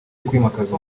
kwimakaza